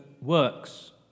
works